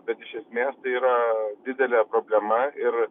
bet iš esmės tai yra didelė problema ir